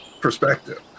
perspective